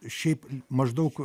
šiaip maždaug